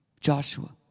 Joshua